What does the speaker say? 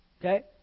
Okay